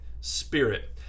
spirit